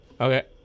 okay